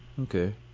okay